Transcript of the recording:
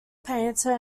painter